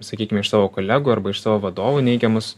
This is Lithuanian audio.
sakykime iš savo kolegų arba iš savo vadovų neigiamus